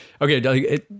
Okay